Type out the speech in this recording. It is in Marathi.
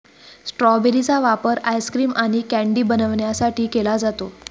स्ट्रॉबेरी चा वापर आइस्क्रीम आणि कँडी बनवण्यासाठी केला जातो